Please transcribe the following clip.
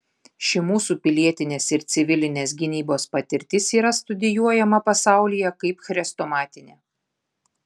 ši mūsų pilietinės ar civilinės gynybos patirtis yra studijuojama pasaulyje kaip chrestomatinė